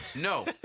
No